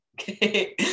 Okay